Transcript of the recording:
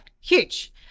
huge